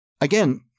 Again